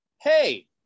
Hey